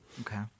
Okay